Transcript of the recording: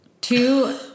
Two